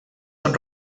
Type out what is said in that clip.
són